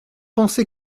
penser